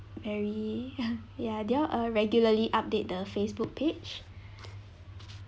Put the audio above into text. very ya do you all err regularly update the facebook page